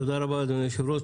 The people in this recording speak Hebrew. תודה רבה, אדוני היושב-ראש.